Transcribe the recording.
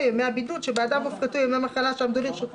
עושה פה חגיגה ומפריעים